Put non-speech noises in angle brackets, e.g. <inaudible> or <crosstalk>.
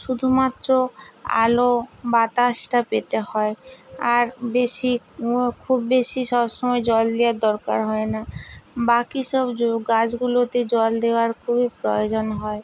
শুধুমাত্র আলো বাতাসটা পেতে হয় আর বেশি <unintelligible> খুব বেশি সবসময় জল দেওয়ার দরকার হয় না বাকি সব <unintelligible> গাছগুলোতে জল দেওয়ার খুবই প্রয়োজন হয়